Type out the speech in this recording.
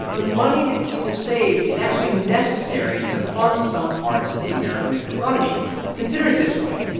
the money that people save is actually necessary to fund some parts of the american economy consider it this way.